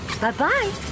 Bye-bye